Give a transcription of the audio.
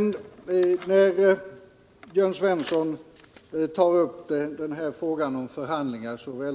När Jörn Svensson så intensivt tar upp frågan om förhandlingar sker